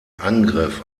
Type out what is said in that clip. angriff